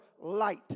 light